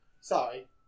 Sorry